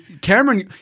Cameron